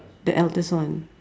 the eldest one